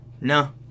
no